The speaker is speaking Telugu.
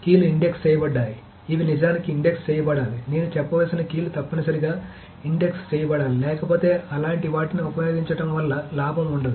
కీలు ఇండెక్స్ చేయబడ్డాయి ఇవి నిజానికి ఇండెక్స్ చేయబడాలి నేను చెప్పాల్సిన కీలు తప్పనిసరిగా ఇండెక్స్ చేయబడాలి లేకపోతే అలాంటి వాటిని ఉపయోగించడం వల్ల లాభం ఉండదు